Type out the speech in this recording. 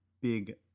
big